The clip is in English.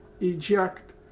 eject